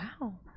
wow